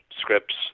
scripts